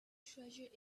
treasure